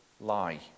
lie